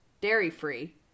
dairy-free